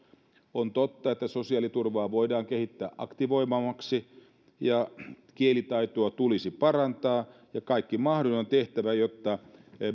on totta että sosiaaliturvaa voidaan kehittää aktivoivammaksi ja kielitaitoa tulisi parantaa ja kaikki mahdollinen on tehtävä jotta